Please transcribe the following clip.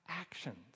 actions